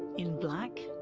in black?